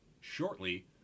shortly